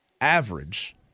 average